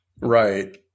Right